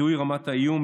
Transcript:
זיהוי רמת האיום,